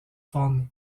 von